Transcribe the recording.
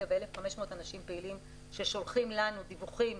ו-1,500 אנשים פעילים ששולחים לנו דיווחים,